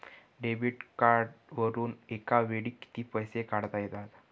Debit कार्डवरुन एका वेळी किती पैसे काढता येतात?